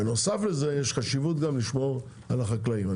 בנוסף לזה יש גם חשיבות לשמור על החקלאים.